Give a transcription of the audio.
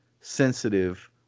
sensitive